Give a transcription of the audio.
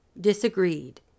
disagreed